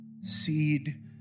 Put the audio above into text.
seed